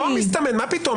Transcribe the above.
לא מסתמן, מה פתאום?